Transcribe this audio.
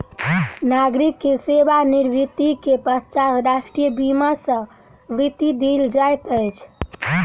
नागरिक के सेवा निवृत्ति के पश्चात राष्ट्रीय बीमा सॅ वृत्ति देल जाइत अछि